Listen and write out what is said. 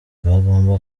bagomba